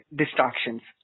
distractions